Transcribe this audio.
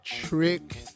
Trick